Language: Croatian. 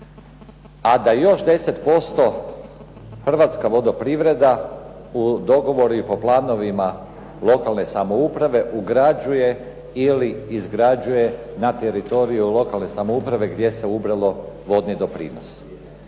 a da još 10% Hrvatska vodoprivreda u dogovoru i planovima lokalne samouprave ugrađuje ili izgrađuje na teritoriju lokalne samouprave gdje se ubralo vodni doprinos.